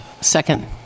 Second